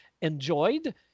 enjoyed